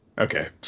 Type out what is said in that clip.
Okay